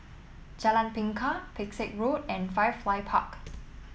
Jalan Bingka Pesek Road and Firefly Park